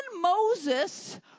Moses